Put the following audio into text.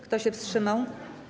Kto się wstrzymał?